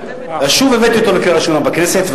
ואז שוב הבאתי אותו לקריאה ראשונה בכנסת,